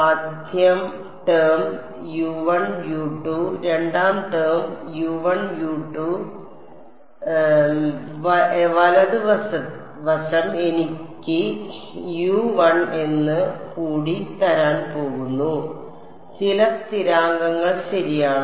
ആദ്യ ടേം രണ്ടാം ടേം വലത് വശം എനിക്ക് ഒന്ന് കൂടി തരാൻ പോകുന്നു ചില സ്ഥിരാങ്കങ്ങൾ ശരിയാണ്